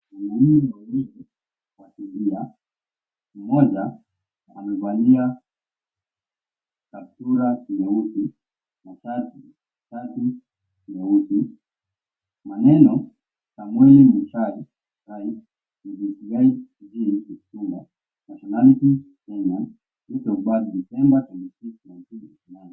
Wanaume wawili wakimbia, mmoja amevalia kaptura nyeusi na shati, shati nyeusi. maneno; Samwel Mushai (right) With His Guide Jean Kipchumba, Nationality Kenyan, Date Of Birth December 26th 1999.